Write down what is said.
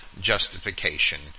justification